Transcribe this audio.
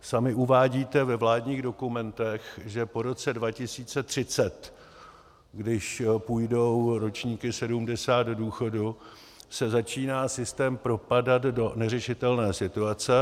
Sami uvádíte ve vládních dokumentech, že po roce 2030, když půjdou ročníky 1970 do důchodu, se začíná systém propadat do neřešitelné situace.